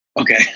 Okay